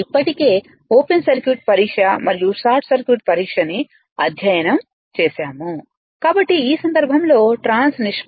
ఇప్పటికే open circuit పరీక్ష మరియు షార్ట్ సర్క్యూట్ పరీక్ష ని అధ్యయనం చేశాము కాబట్టి ఈ సందర్భంలో ట్రాన్స్ నిష్పత్తి k 3